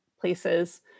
places